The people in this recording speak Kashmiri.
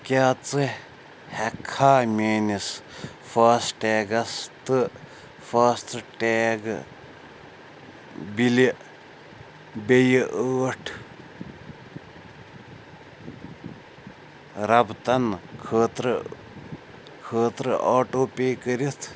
کیٛاہ ژٕ ہٮ۪کھا میٲنس فاسٹ ٹیگس تہٕ فاسٹ ٹیگہٕ بِلہِ بیٚیہِ ٲٹھ ربتن خٲطرٕ خٲطرٕ آٹو پے کٔرِتھ؟